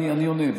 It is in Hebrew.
אני עונה.